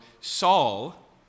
Saul